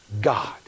God